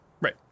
right